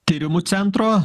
tyrimų centro